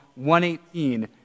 118